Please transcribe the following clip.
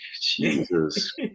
Jesus